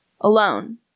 alone